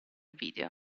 video